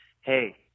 hey